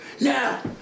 Now